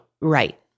right